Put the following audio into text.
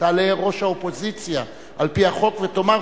תעלה ראש האופוזיציה על-פי החוק ותאמר,